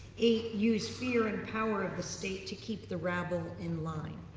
eight, use fear and power of the state to keep the rabble in line.